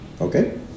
okay